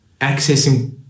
accessing